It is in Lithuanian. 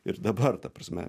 ir dabar ta prasme